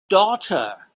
daughter